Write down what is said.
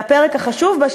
והפרק החשוב בה,